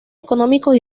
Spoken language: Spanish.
económicos